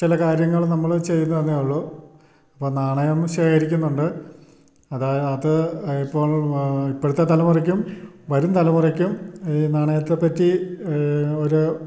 ചില കാര്യങ്ങൾ നമ്മൾ ചെയ്യുന്നതെന്നെ ഉള്ളു അപ്പം നാണയം ശേഖരിക്കുന്നത് കൊണ്ട് അതായത് അത് ഇപ്പോൾ ഇപ്പോഴത്തെ തലമുറയ്ക്കും വരും തലമുറയ്ക്കും ഈ നാണയത്തെപ്പറ്റി ഒരു